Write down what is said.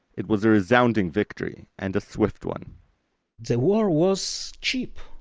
it was a resounding victory, and a swift one the war was cheap.